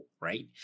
right